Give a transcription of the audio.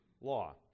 law